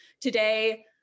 today